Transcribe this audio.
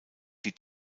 die